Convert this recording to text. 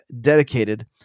dedicated